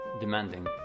demanding